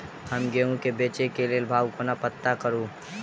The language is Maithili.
हम गेंहूँ केँ बेचै केँ भाव कोना पत्ता करू?